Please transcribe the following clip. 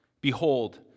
behold